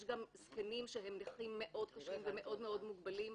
יש גם זקנים שהם נכים מאוד קשים ומאוד מאוד מוגבלים,